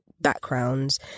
backgrounds